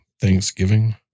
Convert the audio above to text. Thanksgiving